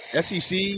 SEC